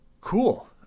Cool